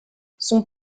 son